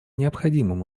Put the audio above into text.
необходимым